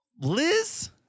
Liz